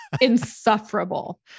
Insufferable